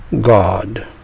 God